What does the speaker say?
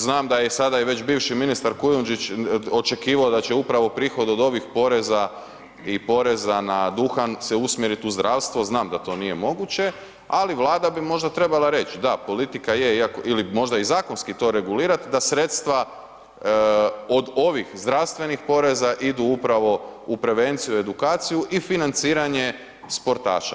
Znam da je i sada i već bivši ministar Kujundžić očekivao da će upravo prihod od ovih poreza i poreza na duhan se usmjerit u zdravstvo, znam da to nije moguće, ali Vlada bi možda trebala reći, da politika je ili možda i zakonski to regulirati da sredstva od ovih zdravstvenih poreza idu upravo u prevenciju, edukaciju i financiranje sportaša.